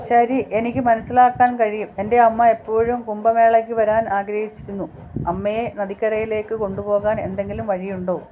ശരി എനിക്ക് മനസ്സിലാക്കാൻ കഴിയും എന്റെ അമ്മ എപ്പോഴും കുംഭമേളയ്ക്ക് വരാന് ആഗ്രഹിച്ചിരുന്നു അമ്മയെ നദിക്കരയിലേക്ക് കൊണ്ടുപോകാൻ എന്തെങ്കിലും വഴിയുണ്ടോ